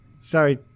Sorry